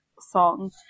song